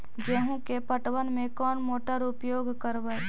गेंहू के पटवन में कौन मोटर उपयोग करवय?